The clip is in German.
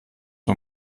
nur